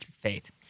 faith